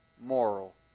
moral